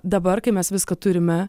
dabar kai mes viską turime